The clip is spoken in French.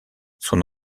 son